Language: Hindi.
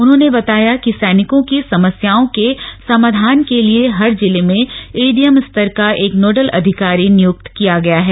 उन्होंने बताया कि सैनिकों की समस्याओं के समाधान के लिए हर जिले में एडीएम स्तर का एक नोडल अधिकारी नियुक्त किया गया है